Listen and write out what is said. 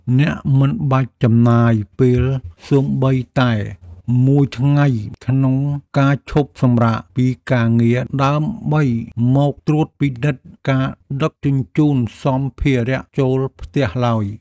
អ្នកមិនបាច់ចំណាយពេលសូម្បីតែមួយថ្ងៃក្នុងការឈប់សម្រាកពីការងារដើម្បីមកត្រួតពិនិត្យការដឹកជញ្ជូនសម្ភារៈចូលផ្ទះឡើយ។